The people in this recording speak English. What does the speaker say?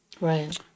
Right